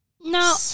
No